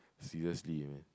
seriously man